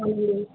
అ